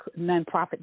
nonprofit